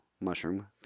mushroom